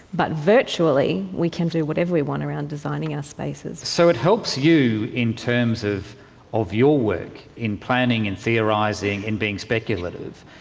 but virtually we can do whatever we want around designing our spaces. so it helps you in terms of of your work in planning, in theorising in being speculative.